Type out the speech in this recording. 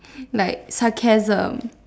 like sarcasm